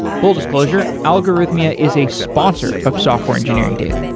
full disclosure, algorithmia is a sponsor of software engineering daily